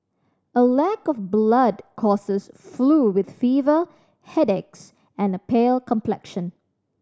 a lack of blood causes flu with fever headaches and a pale complexion